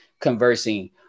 conversing